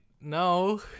no